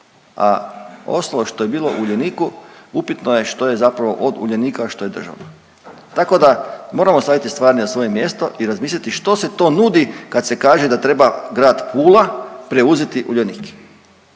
a ostalo što je bilo u Uljaniku upitno je što je zapravo od Ukljanika, a što je državno. Tako da moramo staviti stvari na svoje mjesto i razmisliti što se to nudi kad se kaže da treba Grad Pula preuzeti Uljanik.